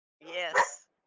Yes